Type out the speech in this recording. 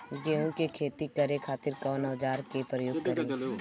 गेहूं के खेती करे खातिर कवन औजार के प्रयोग करी?